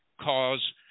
cause